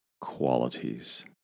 qualities